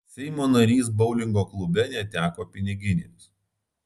seimo narys boulingo klube neteko piniginės